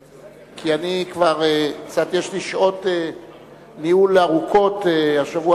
כי יש לי שעות ניהול קצת ארוכות השבוע,